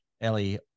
Ellie